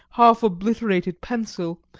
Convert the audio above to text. half-obliterated pencil,